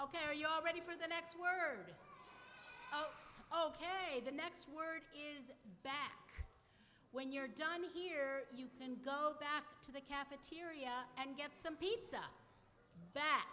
ok are you all ready for the next word ok the next word is back when you're done here you can go back to the cafeteria and get some pizza that